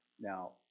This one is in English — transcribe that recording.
Now